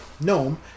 gnome